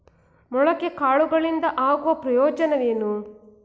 ಮೊಳಕೆ ಕಾಳುಗಳಿಂದ ಆಗುವ ಪ್ರಯೋಜನವೇನು?